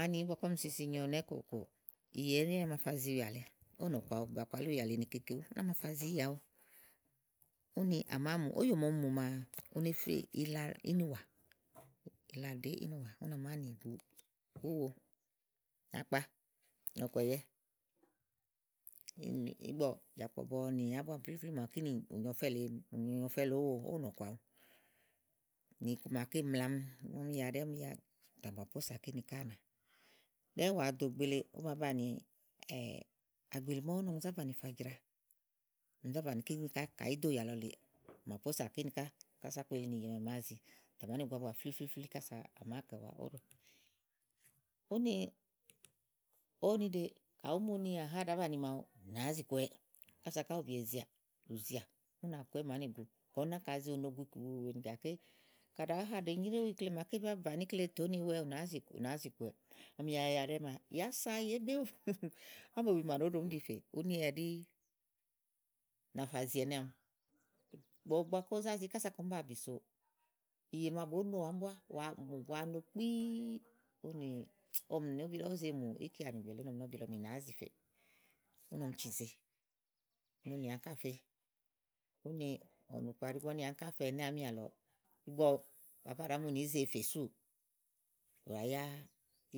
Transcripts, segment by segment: ani ígbɔ ɔmi si nyo ɛnɛ́ kòkò, ìyè ɛɖí à ma fa zi ùyà lèe ówò nɔ̀ku awu ba kpalí ùyà le ni keke wu úni a mafa zi ìyè awu úni á máa mù óyo màa ɔmi mùmaa, u ne fè ila ínìwà. ílaɖèé ínìwà úni à màáa nì gu búwo, akpa, ɔ̀kùɛ̀yɛ nì ìgbɔ jàkpɔ̀ bɔ ní nàábua flíflí màawu ù nyo ɔfɛ́ lèe ówò ówò nɔ̀ku awu nì iku maké mlami ígbɔ ɔmi ya ɖɛɛ́ ɔmi ya tè à mà pósà kíni ká ɖɛ́ɛ́ ù wa dò ìgbè le ówò bàá banìi àgbèɖìmɔ̀wɔ̀ úni ɔmi zá banìi afa jraɔmi zá banìi kíni ká kayi ìí ɖo ùyà lɔ lèeè àmà pósà kíni kása kpelinì ìyè màa à màáa zi tè à màá ni gúu ábua fliflifli kása à màáa kɛ̀wa óɖò ùni ówo niɖe kayi ùú mu ni àá naɖàá banìi màawu, ù nàáa zi kɔ̀ɔwɛɛ̀ kása ù bì ezià ù zià. ù nà kɔwɛ é màá nì gùu. Kayi úni náka àá ze u no gu iku wèe wèe gàké kàɖi àá haɖèe nyréwu ikle màaké bàa bàni ikle tè úni wè ɔwɛ tè ù nàáá zi kɔ̀ɔwɛɛ̀. úni ɔmi a ya ɖɛ́ɛ́ maa ì yàá sa ì wèé gbi éwu ámòbì màa ɖòó ɖomi íɖi ɔfè úni ɛɖí náa fa zi ɛnɛ́ àámi ígbɔ ígbè màa ɔmi zá zí kása kɔ̀ɔm be bìso ìyè màa bòó no àámi búá wàá mò bù wa no kpííí, úni ɔmi nì úbi lɔ ówò òó ze mù íkeanì úni ɔmi nɔ úbi lɔ ni ɔ̀mì nàáá zi fèè úni ɔmi cizèe úni úni áŋká fe úni ɔ̀nù kuaɖì ígbɔ úni áŋká fe ɛnɛ́ àámi àlɔ ígbɔ papá ɖàá mu ni ìí ze fè súù, ù ɖa yá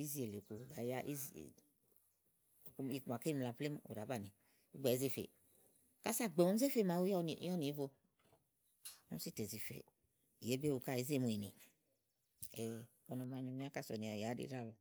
ízi èle ku ù ɖa yá ízi èle úni íku maké mla búá plémúù ù ɖàá banìi ígbɔ ìí ze fe ása ìgbè màa ɔmi zè fè màaɖu yá únììí vo úni sú tè zi fèè ì wèé gbi éwu ká ìtè zi mù ènìì, úni ɖí ikuma ɔmi fía sònìà ùyà áɖì.